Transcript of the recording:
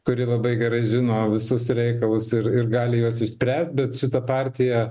kuri labai gerai žino visus reikalus ir ir gali juos išspręst bet šita partija